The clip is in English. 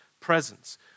presence